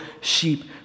sheep